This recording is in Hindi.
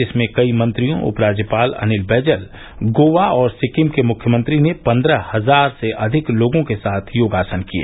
जिसमें कई मंत्रियों उपराज्यपाल अनिल बैजल गोवा और सिक्किम के मुख्यमंत्री ने पन्द्रह हजार से अधिक लोगों के साथ योगासन किए